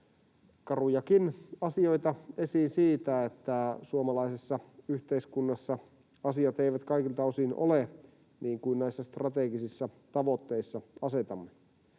karujakin asioita esiin siitä, että suomalaisessa yhteiskunnassa asiat eivät kaikilta osin ole niin kuin näissä strategisissa tavoitteissa asetamme.